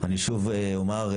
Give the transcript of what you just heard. אני שוב אומר,